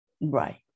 Right